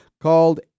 called